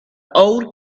old